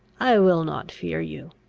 i will not fear you.